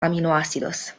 aminoácidos